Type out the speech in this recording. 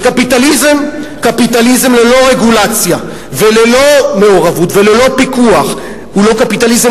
וקפיטליזם ללא רגולציה וללא מעורבות וללא פיקוח הוא לא קפיטליזם,